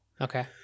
Okay